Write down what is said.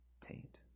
Taint